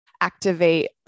activate